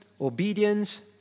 obedience